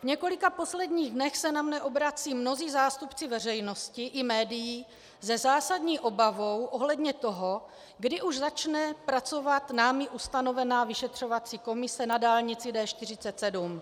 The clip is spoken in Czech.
V několika posledních dnech se na mne obracejí mnozí zástupci veřejnosti i médií se zásadní obavou ohledně toho, kdy už začne pracovat námi ustanovená vyšetřovací komise na dálnici D47.